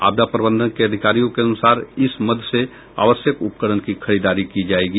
आपदा प्रबंधक के अधिकारियों के अनुसार इस मद से आवश्यक उपकरण की खरीदारी की जायेगी